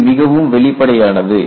இது மிகவும் வெளிப்படையானது